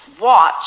watch